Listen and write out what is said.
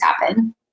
happen